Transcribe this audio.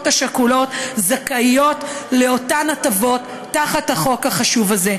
השכולות זכאיות לאותן הטבות תחת החוק החשוב הזה.